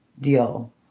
deal